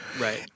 Right